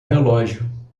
relógio